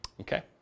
Okay